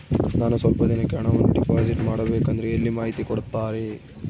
ನಾನು ಸ್ವಲ್ಪ ದಿನಕ್ಕೆ ಹಣವನ್ನು ಡಿಪಾಸಿಟ್ ಮಾಡಬೇಕಂದ್ರೆ ಎಲ್ಲಿ ಮಾಹಿತಿ ಕೊಡ್ತಾರೆ?